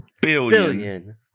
billion